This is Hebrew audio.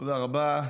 תודה רבה.